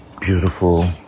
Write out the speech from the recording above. beautiful